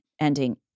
ending